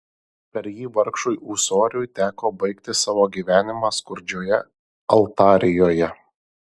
per jį vargšui ūsoriui teko baigti savo gyvenimą skurdžioje altarijoje